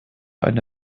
eine